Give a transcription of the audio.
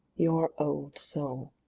your old soul